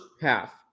half